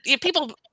People